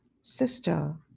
sister